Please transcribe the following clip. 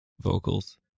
vocals